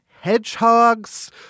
hedgehogs